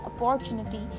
opportunity